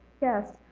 yes